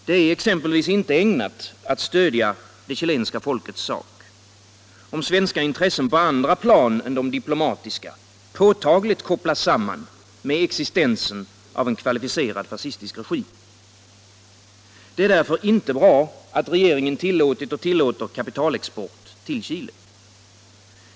Det är exempelvis inte ägnat att stödja det chilenska folkets sak om svenska intressen på andra plan än de diplomatiska påtagligt kopplas samman med existensen av en kvalificerad fascistisk regim. Det är därför inte bra att regeringen tillåtit och tillåter kapitalexport till Chile.